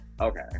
okay